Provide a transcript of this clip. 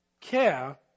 care